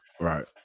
right